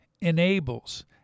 enables